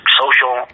social